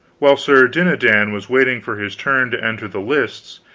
while sir dinadan was waiting for his turn to enter the lists,